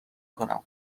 کنم